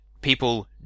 people